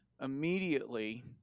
immediately